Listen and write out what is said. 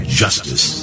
justice